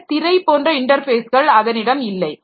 இந்தத் திரை போன்ற இன்டர்பேஸ்கள் அதனிடம் இல்லை